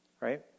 right